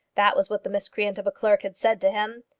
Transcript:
that was what the miscreant of a clerk had said to him.